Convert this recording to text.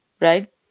right